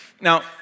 Now